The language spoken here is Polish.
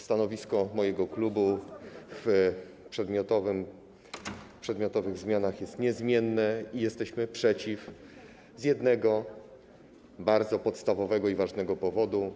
Stanowisko mojego klubu dotyczące przedmiotowych zmian jest niezmienne - jesteśmy przeciw z jednego bardzo podstawowego i ważnego powodu.